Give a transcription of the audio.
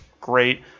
Great